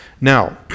Now